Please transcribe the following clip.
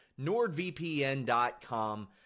NordVPN.com